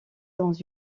dans